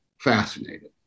fascinated